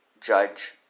judge